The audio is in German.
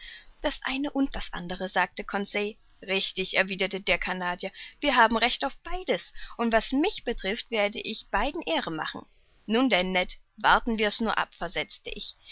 das eine und das andere sagte conseil richtig erwiderte der canadier wir haben recht auf beides und was mich betrifft werde ich beiden ehre machen nun denn ned warten wir's nur ab versetzte ich